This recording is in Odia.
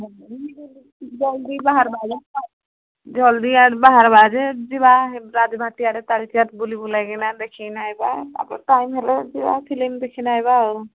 ଜଲଦି ବାହାରବା ଜଲଦି ଆଡ୍ ବାହାରବା ଯେ ଯିବା ରାଜାବାଟୀ ଆଡ଼େ ତାଲଚେର ବୁଲିବୁଲା କିନା ଦେଖିକିନା ଆଇବା ତାପରେ ଟାଇମ ହେଲେ ଯିଆ ଫିଲ୍ମ ଦେଖିକିନା ଆଇବା ଆଉ